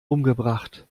umgebracht